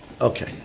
okay